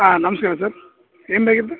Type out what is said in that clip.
ಹಾಂ ನಮಸ್ಕಾರ ಸರ್ ಏನು ಬೇಕಿತ್ತು